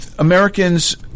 Americans